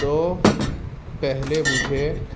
تو پہلے مجھے